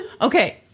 Okay